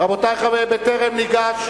רבותי, בטרם ניגש,